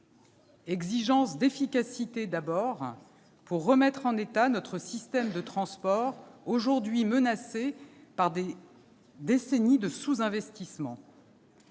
exigence d'efficacité, d'abord, pour remettre en état notre système de transport aujourd'hui menacé par des décennies de sous-investissement